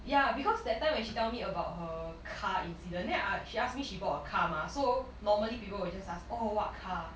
ya because that time when she tell me about her car incident then I she ask me she bought a car mah so normally people will just ask oh what car